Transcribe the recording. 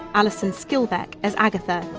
alison skilbeck as agatha,